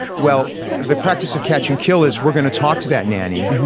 well the practice of catch and kill is we're going to talk to that nanny.